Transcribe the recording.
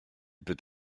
peut